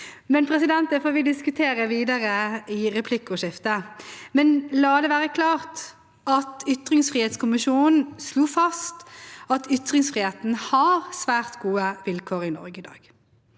på alvor. Det får vi diskutere videre i replikkordskiftet. La det være klart at ytringsfrihetskommisjonen slo fast at ytringsfriheten har svært gode vilkår i Norge i dag.